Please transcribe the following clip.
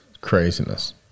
Craziness